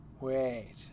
Wait